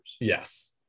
Yes